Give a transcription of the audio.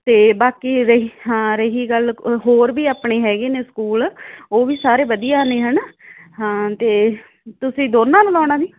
ਅਤੇ ਬਾਕੀ ਰਹੀ ਹਾਂ ਰਹੀ ਗੱਲ ਹੋਰ ਵੀ ਆਪਣੇ ਹੈਗੇ ਨੇ ਸਕੂਲ ਉਹ ਵੀ ਸਾਰੇ ਵਧੀਆ ਨੇ ਹੈ ਨਾ ਹਾਂ ਅਤੇ ਤੁਸੀਂ ਦੋਨਾਂ ਨੂੰ ਲਾਉਣਾ ਦੀਦੀ